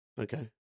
Okay